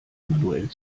manuell